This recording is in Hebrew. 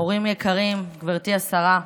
הורים יקרים, גברתי השרה,